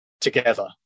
together